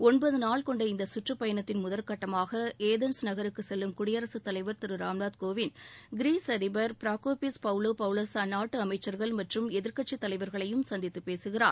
ஒன்பது நாள் கொண்ட இந்த சுற்றுப் பயணத்தின் முதற்கட்டமாக ஏதன்ஸ் நகருக்கு செல்லும் குடியரசு தலைவர் திரு ராம்நாத் கோவிந்த் கிரீஸ் அதிபர் பிரோகோபிஸ் பவ்லோபவுலஸ் அந்நாட்டு அமைச்சர்கள் மற்றும் எதிர்கட்சி தலைவர்களையும் சந்தித்து பேசுகிறார்